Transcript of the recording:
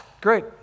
great